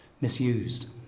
misused